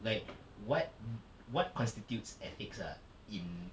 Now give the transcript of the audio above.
like what what constitutes ethics ah in